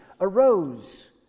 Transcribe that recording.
arose